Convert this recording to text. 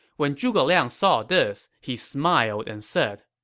when zhuge liang saw this, he smiled and said,